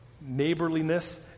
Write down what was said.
neighborliness